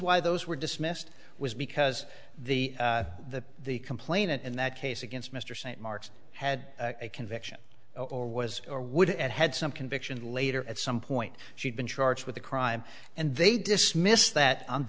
why those were dismissed was because the the the complainant in that case against mr st mark's had a conviction or was or would at had some convict and later at some point she'd been charged with a crime and they dismissed that on